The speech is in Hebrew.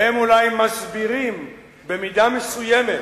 והם אולי מסבירים במידה מסוימת